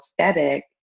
aesthetic